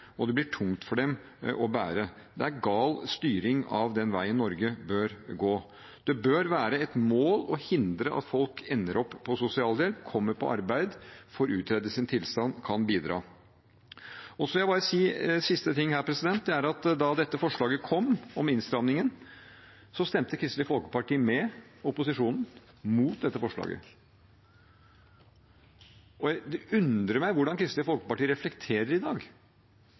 og det blir tungt for dem å bære. Det er gal styring av den veien Norge bør gå. Det bør være et mål å hindre at folk ender opp på sosialhjelp, at de kommer i arbeid, får utredet sin tilstand, kan bidra. Så vil jeg si en siste ting: Da dette forslaget kom, om innstrammingen, stemte Kristelig Folkeparti med opposisjonen mot dette forslaget. Det undrer meg hvordan Kristelig Folkeparti reflekterer i dag.